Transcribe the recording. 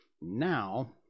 Now